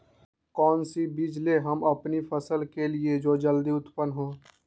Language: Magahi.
कौन सी बीज ले हम अपनी फसल के लिए जो जल्दी उत्पन हो?